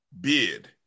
bid